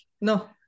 No